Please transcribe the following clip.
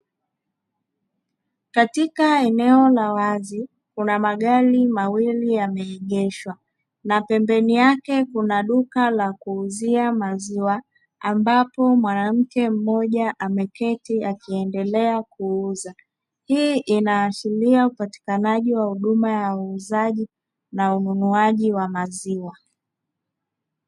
Katika eneo la wazi kuna magari mawili yameegeshwa, na pembeni yake kuna duka la kuuzia maziwa. Ambapo mwanamke mmoja ameketi akiendelea kuuza, hii inaashiria upatikanaji wa huduma ya uuzaji na ununuaji wa maziwa.